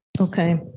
Okay